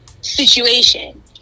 situation